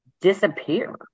disappear